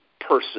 person